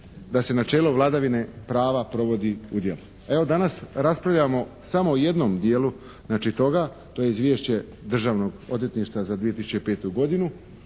da se načelo vladavine prava provodi u djelo. Evo, danas raspravljamo samo o jednom dijelu toga to je Izvješće Državnog odvjetništva za 2005. godinu.